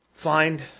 Find